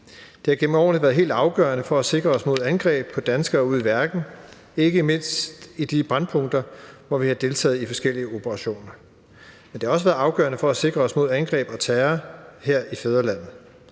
Det har gennem årene været helt afgørende for at sikre os mod angreb på danskere ude i verden, ikke mindst i de brændpunkter, hvor vi har deltaget i forskellige operationer. Men det har også været afgørende for at sikre os mod angreb og terror her i fædrelandet,